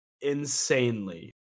insanely